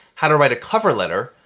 how to write a cover letter,